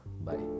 Bye